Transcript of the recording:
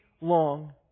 long